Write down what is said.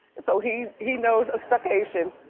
so he he knows stuckation.